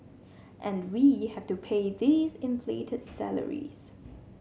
and we have to pay these inflated salaries